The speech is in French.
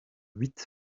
huit